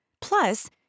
Plus